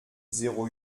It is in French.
zéro